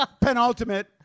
Penultimate